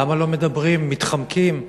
למה לא מדברים, מתחמקים מהשאלה,